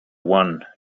one